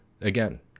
again